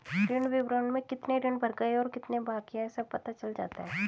ऋण विवरण में कितने ऋण भर गए और कितने बाकि है सब पता चल जाता है